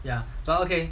ya but okay